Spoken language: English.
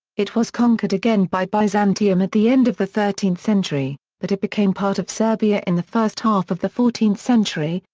it was conquered again by byzantium at the end of the thirteenth century, but it became part of serbia in the first half of the fourteenth century,